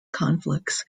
conflicts